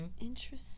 Interesting